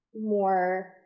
more